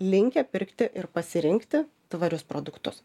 linkę pirkti ir pasirinkti tvarius produktus